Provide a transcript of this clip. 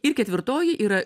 ir ketvirtoji yra